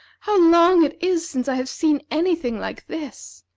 how long it is since i have seen any thing like this!